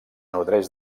nodreix